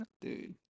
Dude